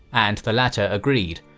and the latter agreed,